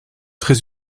très